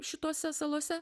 šitose salose